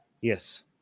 Yes